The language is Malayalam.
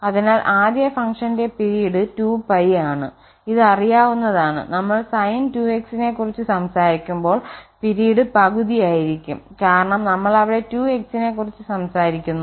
അതിനാൽ ആദ്യ ഫംഗ്ഷന്റെ പിരീഡ് 2π ആണ് ഇത് അറിയാവുന്നതാണ് നമ്മൾ sin 2x നെ കുറിച് സംസാരിക്കുമ്പോൾപിരീഡ് പകുതിയായിരിക്കും കാരണം നമ്മൾ അവിടെ 2x നെക്കുറിച്ച് സംസാരിക്കുന്നു